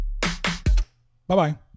Bye-bye